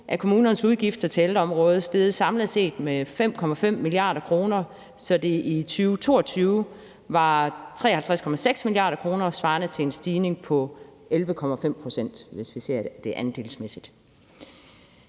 er kommunernes udgifter til ældreområdet samlet set steget med 5,5 mia. kr., så det i 2022 var 53,6 mia. kr. svarende til en stigning på 11,5 pct., hvis vi ser det andelsmæssigt.